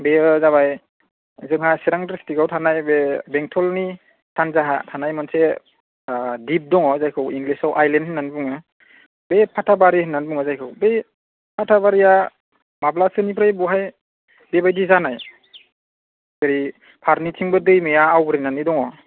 बेयो जाबाय जोंहा चिरां डिस्ट्रिकआव थानाय बे बेंथलनि सानजाहा थानाय मोनसे दिप दङ जायखौ इंलिसआव आइलेण्ड होन्नानै बुङो बे पाटाबारि होन्नानै बुङो जायखौ बे पाटाबारिया माब्लासोनिफ्राय बहाय बेबायदि जानाय जेरै फारनैथिंबो दैमाया आविग्रनानै दङ